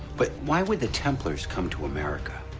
but why would the templars come to america?